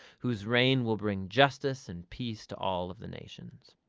whose reign will bring justice and peace to all of the nations.